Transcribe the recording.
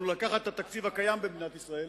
אבל הוא לקחת את התקציב הקיים במדינת ישראל,